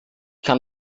kann